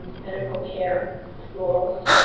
medical care, schools,